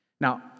Now